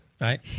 right